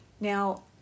Now